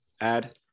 add